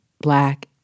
Black